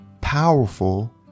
powerful